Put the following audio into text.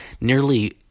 nearly